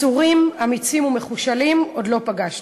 מסורים, אמיצים ומחושלים עוד לא פגשתי".